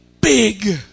big